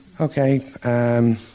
Okay